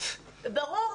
ברור,